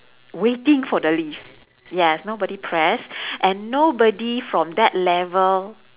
waiting for the lift yes nobody press and nobody from that level